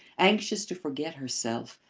anxious to forget herself,